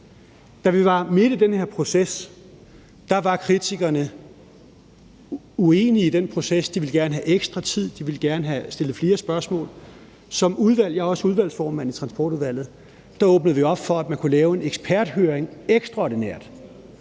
Da vi var midt i den her proces, var kritikerne uenige i den proces. De ville gerne have ekstra tid, og de ville gerne have stillet flere spørgsmål. Som udvalg – jeg er også udvalgsformand i Transportudvalget – åbnede vi op for, at man ekstraordinært kunne lave en eksperthøring, hvor kritikerne